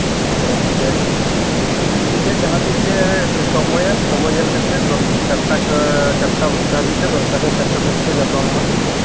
ᱟᱫᱚ ᱛᱟᱞᱚᱦᱮ ᱴᱷᱤᱠᱜᱮᱭᱟ ᱡᱟᱦᱟᱸ ᱛᱤᱥ ᱜᱮ ᱥᱚᱢᱚᱭᱟ ᱥᱚᱢᱚᱭ ᱧᱮᱞ ᱠᱟᱛᱮ ᱫᱚᱥᱴᱟ ᱠᱷᱚᱱ ᱪᱟᱴ ᱴᱟ ᱛᱮ ᱪᱟᱴ ᱴᱟ ᱫᱷᱟᱹᱵᱤᱡᱽ ᱛᱮ ᱫᱚᱥᱴᱟ ᱠᱷᱚᱱ ᱪᱟᱴ ᱴᱟ ᱫᱷᱟᱹᱵᱤᱡ ᱛᱮ ᱧᱟᱯᱟᱢ ᱢᱟ